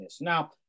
Now